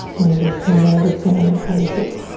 and just noticing how you feel.